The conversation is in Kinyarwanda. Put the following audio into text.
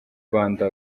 rwanda